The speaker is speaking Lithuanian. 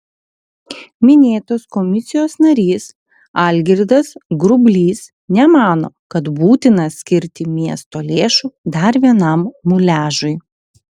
minėtos komisijos narys algirdas grublys nemano kad būtina skirti miesto lėšų dar vienam muliažui